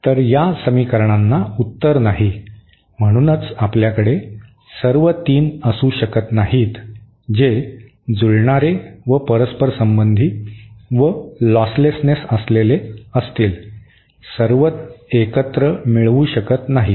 तर या समीकरणाना उत्तर नाही म्हणूनच आपल्याकडे सर्व 3 असू शकत नाहीत जे जुळणारे व परस्परसंबंधी व लॉसलेसनेस असलेले असतील सर्व एकत्र मिळवू शकत नाहीत